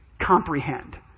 comprehend